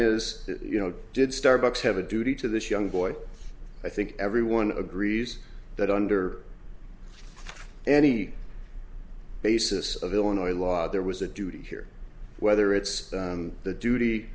is you know did starbucks have a duty to this young boy i think everyone agrees that under any basis of illinois law there was a duty here whether it's the duty